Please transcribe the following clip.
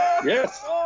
Yes